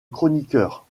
chroniqueur